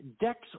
Dex